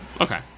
Okay